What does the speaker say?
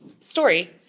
story